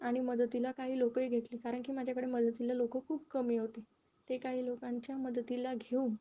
आणि मदतीला काही लोकंही घेतले कारण की माझ्याकडे मदतीला लोक खूप कमी होते ते काही लोकांच्या मदतीला घेऊन